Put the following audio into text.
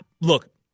look